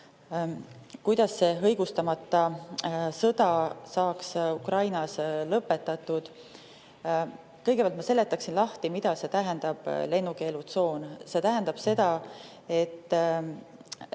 kuidas see õigustamatu sõda Ukrainas saaks lõpetatud. Kõigepealt ma seletan lahti, mida tähendab lennukeelutsoon. See tähendab seda, et